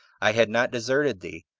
i had not deserted thee,